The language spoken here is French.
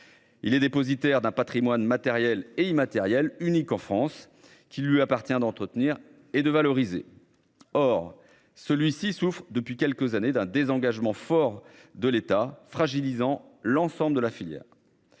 Il est dépositaire d'un Patrimoine matériel et immatériel unique en France qui lui appartient d'entretenir et de valoriser. Or celui-ci souffrent depuis quelques années d'un désengagement fort de l'État, fragilisant l'ensemble de la filière.